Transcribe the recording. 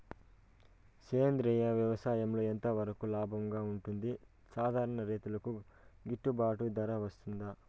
సేంద్రియ వ్యవసాయం ఎంత వరకు లాభంగా ఉంటుంది, సాధారణ రైతుకు గిట్టుబాటు ధర వస్తుందా?